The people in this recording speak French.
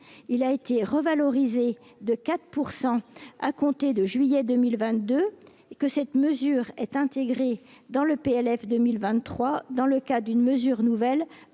il a été revalorisée de 4 % à compter de juillet 2022, et que cette mesure est intégré dans le PLF 2023 dans le cas d'une mesure nouvelle,